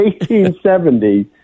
1870